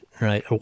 right